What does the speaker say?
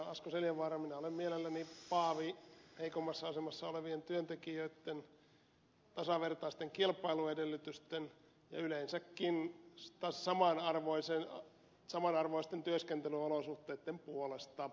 asko seljavaara minä olen mielelläni paavi heikommassa asemassa olevien työntekijöitten tasavertaisten kilpailuedellytysten ja yleensäkin saman arvoisten työskentelyolosuhteitten puolesta